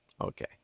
okay